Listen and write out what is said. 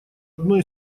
одной